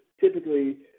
Typically